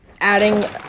adding